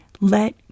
Let